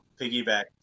piggyback